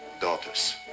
daughters